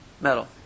metal